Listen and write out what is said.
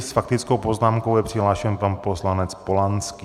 S faktickou poznámkou je přihlášen pan poslanec Polanský...